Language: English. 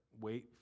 Wait